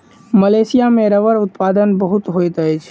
Malaysia में रबड़ उत्पादन बहुत होइत अछि